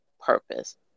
Purpose